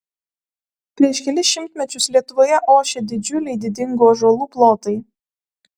prieš kelis šimtmečius lietuvoje ošė didžiuliai didingų ąžuolų plotai